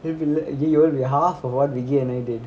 !aiyo! half of what riggie and I did